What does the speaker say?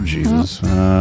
Jesus